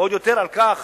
ועוד יותר על כך